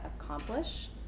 accomplish